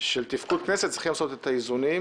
של תפקוד הכנסת לעשות איזונים.